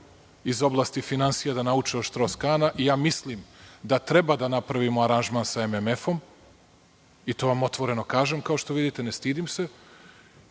iz oblasti finansija da nauče od Štroskana i mislim da treba da napravimo aranžman sa MMF i to vam otvoreno kažem, kao što vidite, ne stidim se. Sa